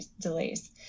delays